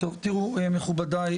טוב תראו מכובדי,